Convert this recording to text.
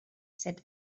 said